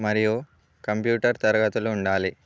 మరియు కంప్యూటర్ తరగతులు ఉండాలి